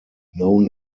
known